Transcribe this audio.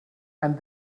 and